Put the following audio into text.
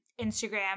Instagram